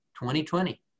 2020